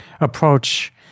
approach